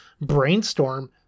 Brainstorm